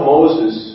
Moses